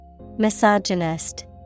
Misogynist